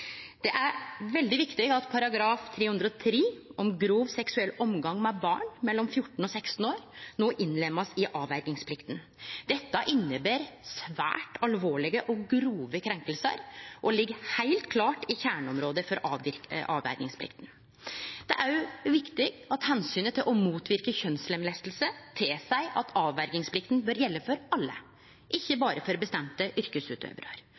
Det er veldig viktig at § 303, om grov seksuell omgang med barn mellom 14 og 16 år, no blir innlemma i avverjingsplikta. Dette inneber svært alvorlege og grove krenkingar og ligg heilt klart i kjerneområdet for avverjingsplikta. Det er òg viktig at omsynet til å motverke kjønnslemlesting tilseier at avverjingsplikta bør gjelde for alle, ikkje berre for bestemde yrkesutøvarar.